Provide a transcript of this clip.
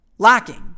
Lacking